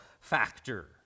factor